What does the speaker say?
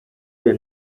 alle